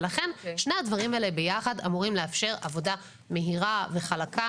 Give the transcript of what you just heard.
ולכן שני הדברים האלה ביחד אמורים לאפשר עבודה מהירה וחלקה.